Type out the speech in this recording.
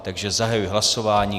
Takže zahajuji hlasování.